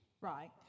Right